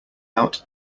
out